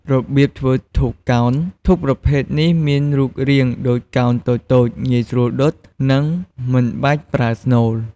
របៀបធ្វើធូបកោណ ធូបប្រភេទនេះមានរូបរាងដូចកោណតូចៗ ងាយស្រួលដុត និងមិនបាច់ប្រើស្នូល។